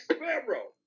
Sparrow